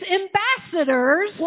ambassadors